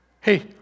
hey